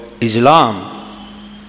Islam